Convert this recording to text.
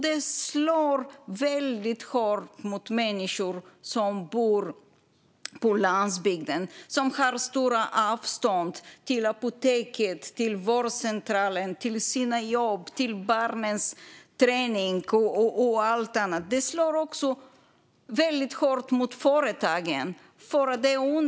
Det slår hårt mot människor som bor på landsbygden där det är stora avstånd till apoteket, vårdcentralen, jobbet, barnens träningar och allt annat. Det slår också hårt mot företagen.